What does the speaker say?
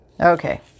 Okay